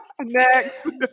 Next